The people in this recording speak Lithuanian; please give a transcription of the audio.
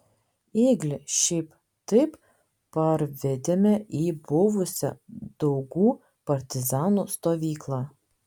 ėglį šiaip taip parvedėme į buvusią daugų partizanų stovyklą